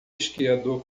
esquiador